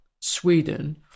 Sweden